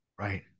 Right